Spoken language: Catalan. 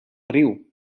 riu